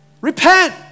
Repent